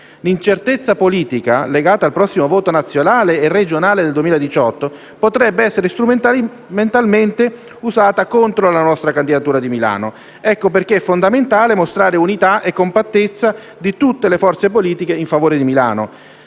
L'incertezza politica legata ai prossimi voti nazionale e regionale nel 2018 potrebbe essere strumentalmente usata contro la candidatura di Milano. Ecco perché è fondamentale mostrare l'unità e la compattezza di tutte le forze politiche in favore di Milano.